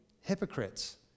hypocrites